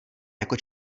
jako